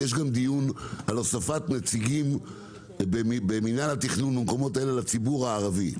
יש גם דיון על הוספת נציגים במינהל התכנון ובמקומות האלה לציבור הערבי.